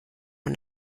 man